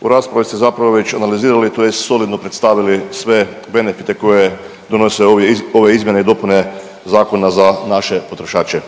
u raspravi ste već analizirali tj. solidno predstavili sve benefite koje donose ove izmjene i dopune zakona za naše potrošače.